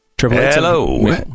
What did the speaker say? Hello